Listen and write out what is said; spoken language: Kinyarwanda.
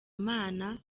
imana